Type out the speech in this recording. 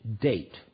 date